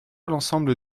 l’ensemble